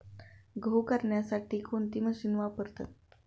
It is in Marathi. गहू करण्यासाठी कोणती मशीन वापरतात?